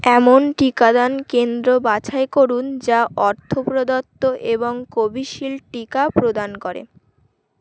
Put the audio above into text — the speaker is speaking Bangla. এমন টিকাদান কেন্দ্র বাছাই করুন যা অর্থপ্রদত্ত এবং কোভিশিল্ড টিকা প্রদান করে